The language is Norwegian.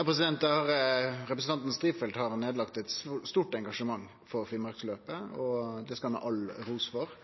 Representanten Strifeldt har eit stort engasjement for Finnmarksløpet, og det skal han ha all ros for.